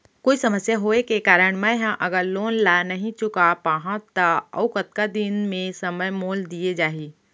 कोई समस्या होये के कारण मैं हा अगर लोन ला नही चुका पाहव त अऊ कतका दिन में समय मोल दीये जाही?